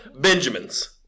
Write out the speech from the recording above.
Benjamins